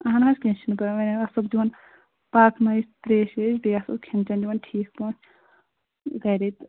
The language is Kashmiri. اَہَن حظ کیٚنٛہہ چھُنہٕ پَرواے وۅنۍ آسہوکھ دِوان پاکنٲوِتھ ترٛیش ویش بیٚیہِ آسہوکھ کھٮ۪ن چٮ۪ن دِوان ٹھیٖک پٲٹھۍ گَرے تہٕ